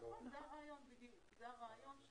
זה בדיוק הרעיון,